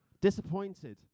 Disappointed